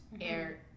air